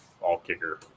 all-kicker